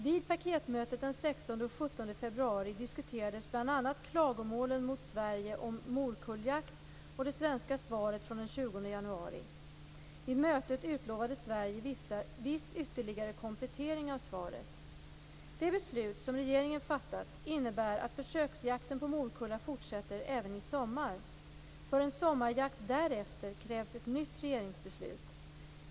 Vid paketmötet den 16 och 17 februari diskuterades bl.a. klagomålen mot Sverige om morkulljakt och det svenska svaret från den 20 januari. Vid mötet utlovade Sverige viss ytterligare komplettering av svaret. Det beslut som regeringen fattat innebär att försöksjakten på morkulla fortsätter även i sommar. För en sommarjakt därefter krävs ett nytt regeringsbeslut.